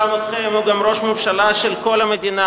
גם אתכם, הוא גם ראש ממשלה של כל המדינה.